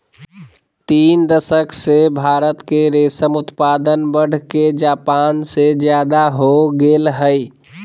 तीन दशक से भारत के रेशम उत्पादन बढ़के जापान से ज्यादा हो गेल हई